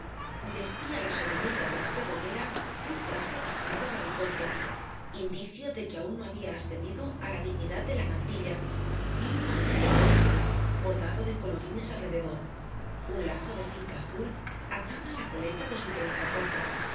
vestía la sobrinita de las de romera un traje bastante rabicorto indicio de que aún no había ascendido á la dignidad de la mantilla y un mandil de peto bordado de colorines alrededor un lazo de cinta azul ataba la coleta de su trenza corta